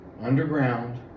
underground